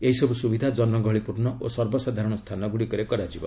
ଏହିସବୁ ସୁବିଧା ଜନଗହଳିପୂର୍ଣ୍ଣ ଓ ସର୍ବସାଧାରଣ ସ୍ଥାନରେ କରାଯିବ